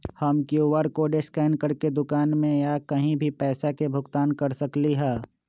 हम QR code scan करके दुकान में या कहीं भी पैसा के भुगतान कर सकली ह?